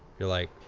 you're like,